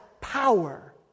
power